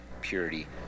purity